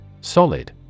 Solid